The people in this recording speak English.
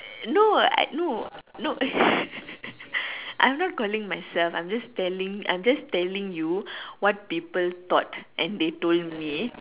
no I no no I'm not calling myself I'm just telling I'm just telling you what people thought and they told me